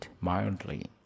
mildly